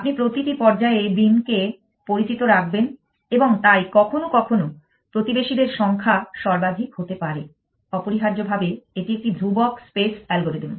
আপনি প্রতিটি পর্যায়ে বীম কে পরিচিত রাখবেন এবং তাই কখনো কখনো প্রতিবেশীদের সংখ্যা সর্বাধিক হতে পারে অপরিহার্যভাবে এটি একটি ধ্রুবক স্পেস অ্যালগরিদম